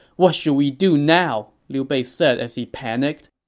what should we do now? liu bei said as he panicked.